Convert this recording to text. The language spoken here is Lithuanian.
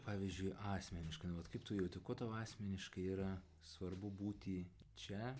pavyzdžiui asmeniškai nu vat kaip tu jauti kuo tau asmeniškai yra svarbu būti čia